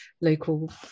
local